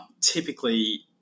typically